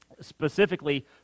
Specifically